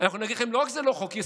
אנחנו נגיד לכם: לא רק שזה לא חוק-יסוד,